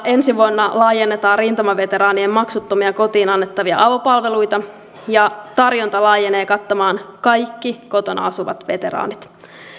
ensi vuonna laajennetaan rintamaveteraanien maksuttomia kotiin annettavia avopalveluita ja tarjonta laajenee kattamaan kaikki kotona asuvat veteraanit